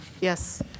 Yes